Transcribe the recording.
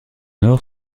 nord